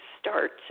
start